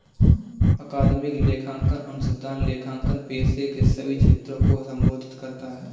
अकादमिक लेखांकन अनुसंधान लेखांकन पेशे के सभी क्षेत्रों को संबोधित करता है